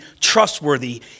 trustworthy